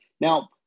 Now